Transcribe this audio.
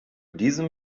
diesem